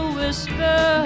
whisper